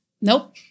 nope